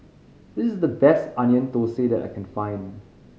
this is the best Onion Thosai that I can find